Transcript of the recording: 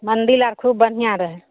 मन्दिर आर खुब बढ़िऑं रहै